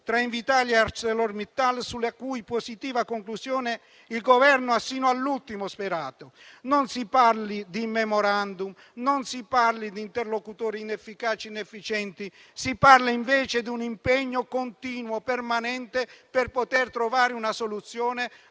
tra Invitalia e ArcelorMittal, sulla cui positiva conclusione il Governo ha sino all'ultimo sperato. Non si parli di *memorandum*, non si parli di interlocutori inefficaci e inefficienti. Si parli invece di un impegno continuo, permanente per poter trovare una soluzione,